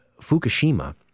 Fukushima